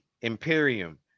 Imperium